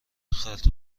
خرت